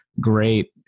great